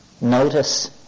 Notice